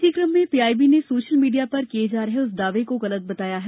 इसी क्रम में पीआईबी ने सोशल मीडिया पर किये जा रहे उस दावे को गलत बताया गया है